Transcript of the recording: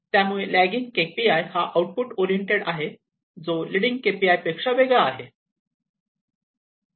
त्यामुळे lagging KPI हा output oriented आहे जो लीडिंग केपीआय पेक्षा वेगळा आहे